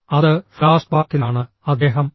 അത് ഫ്ലാഷ്ബാക്കിലാണ് അദ്ദേഹം ഐ